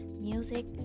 music